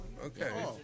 Okay